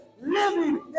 living